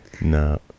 No